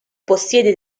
possiede